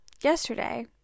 yesterday